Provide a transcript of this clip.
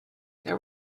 there